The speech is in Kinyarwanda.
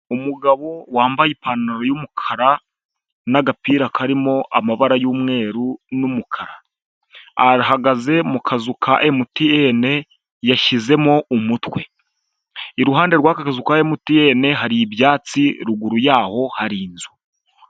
Umugabo wambaye ipantaro y'umukara, n'agapira karimo amabara y'umweru n'umukara. Ahagaze mu kazu ka MTN, yashyizemo umutwe. Iruhande rw'aka kazu ka MTN hari ibyatsi ruguru yaho hari inzu.